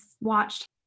watched